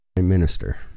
minister